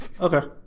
Okay